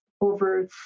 over